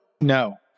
No